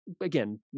Again